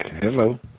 Hello